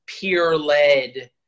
peer-led